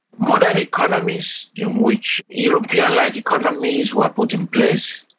modern economies in which european-like economies were put in place,